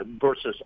versus